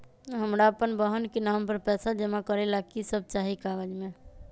हमरा अपन बहन के नाम पर पैसा जमा करे ला कि सब चाहि कागज मे?